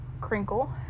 Crinkle